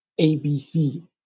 ABC